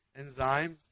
enzymes